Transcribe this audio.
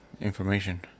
information